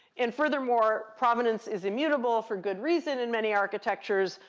and furthermore, provenance is immutable for good reason in many architectures,